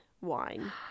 wine